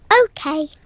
Okay